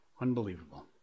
Unbelievable